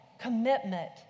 commitment